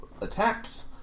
attacks